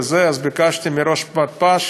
אז ביקשתי מראש מתפ"ש